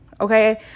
okay